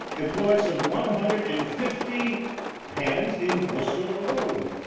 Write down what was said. employed some one hundred and fifty hands in worcester alone,